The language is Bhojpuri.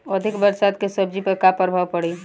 अधिक बरसात के सब्जी पर का प्रभाव पड़ी?